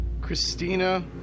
Christina